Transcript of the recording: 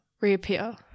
reappear